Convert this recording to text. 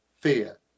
fear